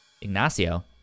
ignacio